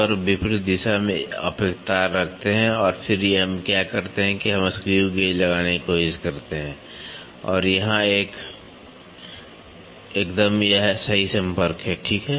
और विपरीत दिशा में आप एक तार रखते हैं और फिर हम क्या करते हैं कि हम स्क्रू गेज लगाने की कोशिश करते हैं और यहां यह एकदम सही संपर्क है ठीक है